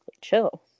chill